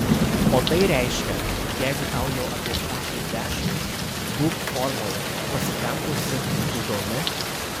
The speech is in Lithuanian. o tai reiškia jeigu tau jau apie šešiasdešimt būk formoje pasitempusi įdomi